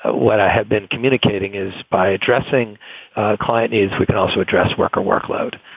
ah what i have been communicating is by addressing client needs, we can also address worker workload.